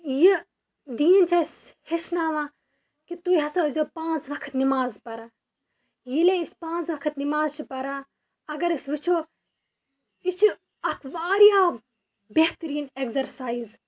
یہِ دیٖن چھِ اَسہِ ہیٚچھناوان کہِ تُہۍ ہسا ٲسۍزیو پانٛژھ وقت نِماز پران ییٚلے أسۍ پانٛژھ وقت نماز چھِ پران اگر أسۍ وٕچھو یہِ چھِ اَکھ واریاہ بہتریٖن اٮ۪کزَرسایِز